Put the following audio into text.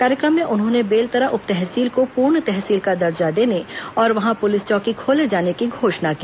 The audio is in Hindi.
कार्यक्रम में उन्होंने बेलतरा उप तहसील को पूर्ण तहसील का दर्जा देने और वहां पुलिस चौकी खोले जाने की घोषणा की